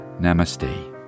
namaste